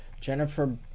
Jennifer